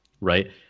right